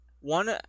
One